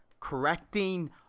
Correcting